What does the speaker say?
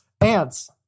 ants